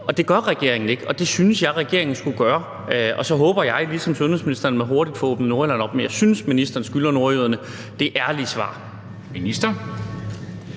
Det gør regeringen ikke, men det synes jeg regeringen skulle gøre, og så håber jeg ligesom sundhedsministeren, at man hurtigt får åbnet Nordjylland op. Men jeg synes, ministeren skylder nordjyderne det ærlige svar. Kl.